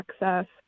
access